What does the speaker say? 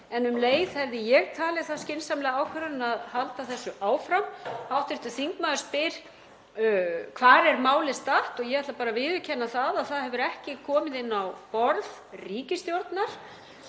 en um leið hefði ég talið það skynsamlega ákvörðun að halda þessu áfram. Hv. þingmaður spyr: Hvar er málið statt? Ég ætla bara að viðurkenna að það hefur ekki komið inn á borð ríkisstjórnar.